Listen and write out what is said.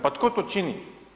Pa tko to čini?